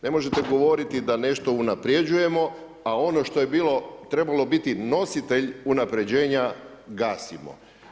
Ne možete govoriti da nešto unapređujemo, a ono što je bilo, trebalo biti nositelj unapređenja gasimo.